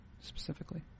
specifically